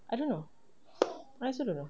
I don't know I also don't know